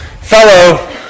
fellow